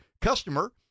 customer